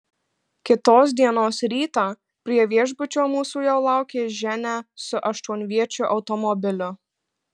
kitos dienos rytą prie viešbučio mūsų jau laukė ženia su aštuonviečiu automobiliu